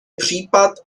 případ